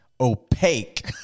opaque